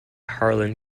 harlan